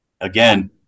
again